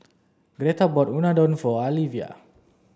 Greta bought Unadon for Alyvia